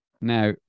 Now